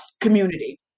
community